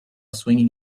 swinging